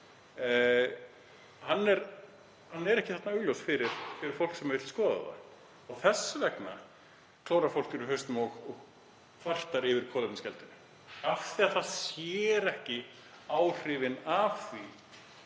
Það er ekki augljóst fyrir fólk sem vill skoða það. Þess vegna klórar fólk sér í hausnum og kvartar yfir kolefnisgjaldinu af því að það sér ekki áhrifin af því.